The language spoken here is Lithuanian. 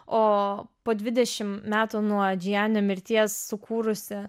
o po dvidešimt metų nuo džianio mirties sukūrusi